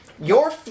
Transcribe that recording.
Your-